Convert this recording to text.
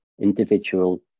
individual